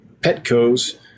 Petco's